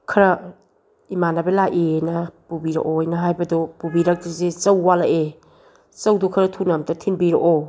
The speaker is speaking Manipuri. ꯈꯔ ꯏꯃꯥꯟꯅꯕ ꯂꯥꯛꯏ ꯍꯥꯏꯅ ꯄꯨꯕꯤꯔꯛꯑꯣ ꯍꯥꯏꯅ ꯍꯥꯏꯕꯗꯨ ꯄꯨꯕꯤꯔꯛꯇ꯭ꯔꯤꯁꯤ ꯆꯧ ꯋꯥꯠꯂꯛꯑꯦ ꯆꯧꯗꯨ ꯈꯔ ꯊꯨꯅ ꯑꯝꯇ ꯊꯤꯟꯕꯤꯔꯛꯑꯣ